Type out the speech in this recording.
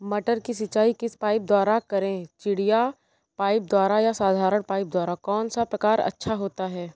मटर की सिंचाई किस पाइप द्वारा करें चिड़िया पाइप द्वारा या साधारण पाइप द्वारा कौन सा प्रकार अच्छा होता है?